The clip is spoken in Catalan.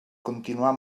continuar